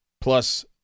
plus